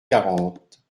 quarante